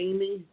Amy